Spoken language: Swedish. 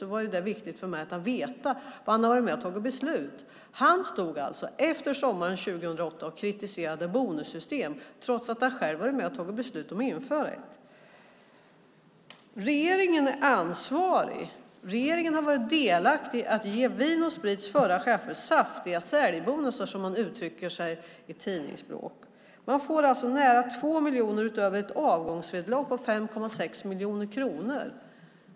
Det var viktigt för mig att veta, för han har varit med och tagit beslut. Han stod alltså efter sommaren 2008 och kritiserade bonussystem, trots att han själv hade varit med och tagit beslut om att införa det. Regeringen är ansvarig. Regeringen har varit delaktig i att ge Vin & Sprits förra chefer saftiga säljbonusar, som man uttrycker det på tidningsspråk. Man får alltså nära 2 miljoner utöver ett avgångsvederlag på 5,6 miljoner kronor.